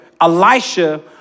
Elisha